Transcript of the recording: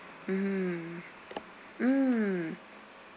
mm